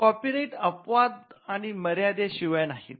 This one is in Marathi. कॉपीराइट अपवाद आणि मर्यादेशिवाय नाहीत